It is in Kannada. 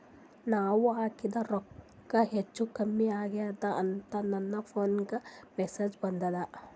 ನಾವ ಹಾಕಿದ ರೊಕ್ಕ ಹೆಚ್ಚು, ಕಮ್ಮಿ ಆಗೆದ ಅಂತ ನನ ಫೋನಿಗ ಮೆಸೇಜ್ ಬರ್ತದ?